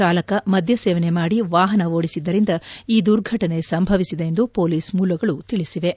ಚಾಲಕ ಮದ್ಯಸೇವನೆ ಮಾಡಿ ವಾಹನ ಓದಿಸಿದ್ದರಿಂದ ಈ ದುರ್ಘಟನೆ ಸಂಭವಿಸಿದೆ ಎಂದು ಪೊಲೀಸ್ ಮೂಲಗಳು ತಿಳಿಸಿವೆ